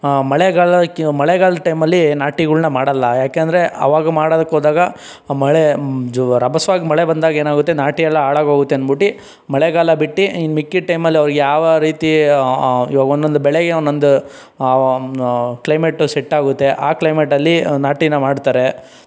ಮಳೆಗಾಲಕ್ಕೆ ಮಳೆಗಾಲ ಟೈಮಲ್ಲಿ ನಾಟಿಗಳನ್ನ ಮಾಡಲ್ಲ ಏಕೆಂದ್ರೆ ಆವಾಗ ಮಾಡೋದಕ್ಕೆ ಹೋದಾಗ ಮಳೆ ಜೊ ರಭಸವಾಗಿ ಮಳೆ ಬಂದಾಗ ಏನಾಗುತ್ತೆ ನಾಟಿ ಎಲ್ಲ ಹಾಳಾಗಿ ಹೋಗುತ್ತೆ ಅಂದ್ಬಿಟ್ಟು ಮಳೆಗಾಲ ಬಿಟ್ಟು ಇನ್ನು ಮಿಕ್ಕಿದ್ದ ಟೈಮಲ್ಲಿ ಅವರು ಯಾವ ರೀತಿ ಇವಾಗ ಒಂದೊಂದು ಬೆಳೆಗೆ ಒಂದೊಂದು ಕ್ಲೈಮೇಟ್ ಸೆಟ್ ಆಗುತ್ತೆ ಆ ಕ್ಲೈಮೇಟಲ್ಲಿ ನಾಟಿನ ಮಾಡ್ತಾರೆ